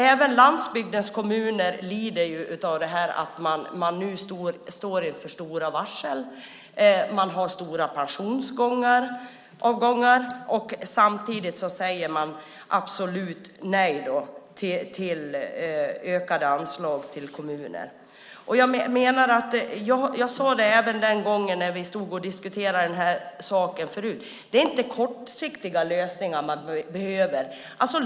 Även landsbygdens kommuner lider av att de nu står inför stora varsel. De har dessutom stora pensionsavgångar. Samtidigt säger regeringen absolut nej till ökade anslag till kommunerna. Jag sade när vi tidigare diskuterade detta att det inte är kortsiktiga lösningar landsbygden behöver.